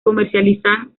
comercializan